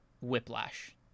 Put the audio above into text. whiplash